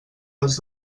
les